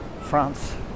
france